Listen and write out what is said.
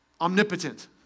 omnipotent